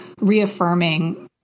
reaffirming